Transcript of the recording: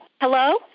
Hello